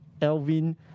Elvin